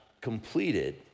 completed